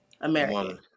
American